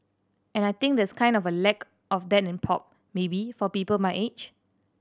and I think there's kind of a lack of that in pop maybe for people my age